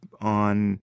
on